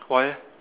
why